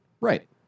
Right